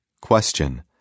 Question